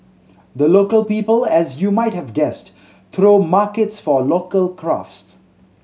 the Local People as you might have guessed throw markets for local crafts